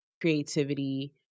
creativity